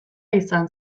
izan